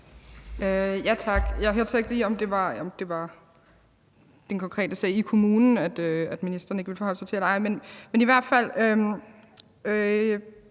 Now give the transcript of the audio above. så ikke lige, om det var den konkrete sag i kommunen, ministeren ikke ville forholde sig til.